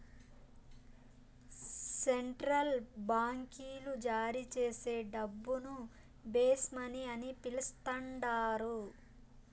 central బాంకీలు జారీచేసే డబ్బును బేస్ మనీ అని పిలస్తండారు